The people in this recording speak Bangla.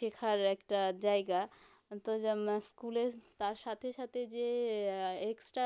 শেখার একটা জায়গা তো জামা স্কুলে তার সাথে সাথে যে এক্সট্রা